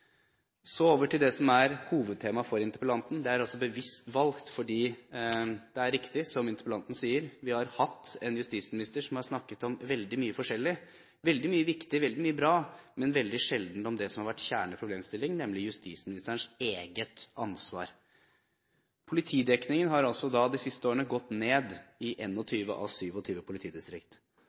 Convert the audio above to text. Så over til det som er hovedtema for interpellanten. Det er bevisst valgt, fordi det er riktig som interpellanten sier, at vi har hatt en justisminister som har snakket om veldig mye forskjellig – veldig mye viktig, veldig mye bra – men veldig sjelden om det som har vært kjernen i problemstillingen, nemlig justisministerens eget ansvar. Politidekningen har de siste årene gått ned i 21 av